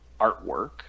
artwork